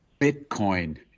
Bitcoin